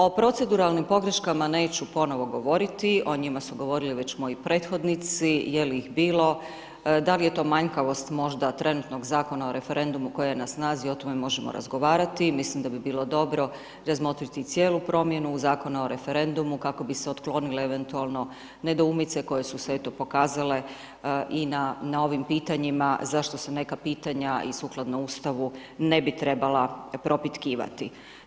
O proceduralnim pogreškama neću ponovno govoriti, o njima su govorili već moji prethodnici, je li ih bilo, da li je to manjkavost možda trenutnog Zakona o referendumu koji je na snazi, o tome možemo razgovarati, mislim da bi bilo dobro razmotriti cijelu promjenu Zakona o referendumu kako bi se otklonile eventualno nedoumice koje su se eto pokazale i na ovim pitanjima zašto se neka pitanja i sukladno Ustavu ne bi trebala propitkivati.